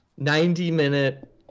90-minute